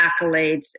accolades